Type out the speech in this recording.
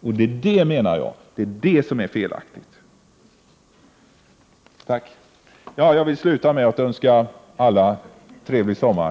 Det är på den punkten jag menar att felet finns. Jag vill avsluta med att önska alla en trevlig sommar.